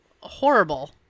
horrible